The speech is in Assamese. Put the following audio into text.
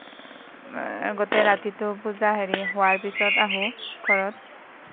গোটেই ৰাতিটো পূজা হেৰি হোৱাৰ পিছত আহোঁ